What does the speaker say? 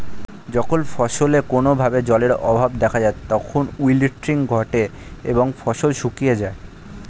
যখন ফসলে কোনো ভাবে জলের অভাব দেখা যায় তখন উইল্টিং ঘটে এবং ফসল শুকিয়ে যায়